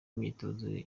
imyitozo